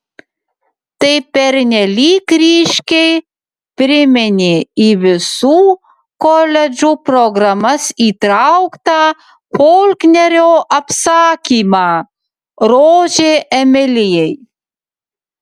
tai pernelyg ryškiai priminė į visų koledžų programas įtrauktą folknerio apsakymą rožė emilijai